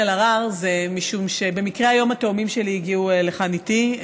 אלהרר זה משום שבמקרה היום התאומים שלי הגיעו לכאן איתי,